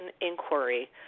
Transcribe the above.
inquiry